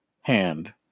hand